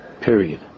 Period